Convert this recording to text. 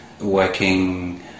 working